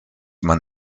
man